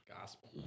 Gospel